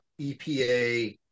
epa